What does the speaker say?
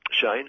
Shane